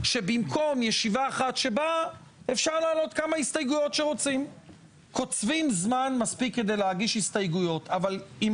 לנו יש הצעת נוסח לסעיף 9. על מה